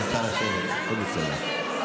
חברת הכנסת הר מלך, בבקשה לשבת.